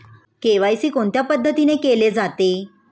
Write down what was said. KYC कोणत्या पद्धतीने केले जाते?